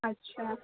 اچھا